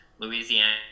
Louisiana